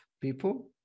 people